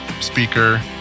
speaker